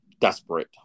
desperate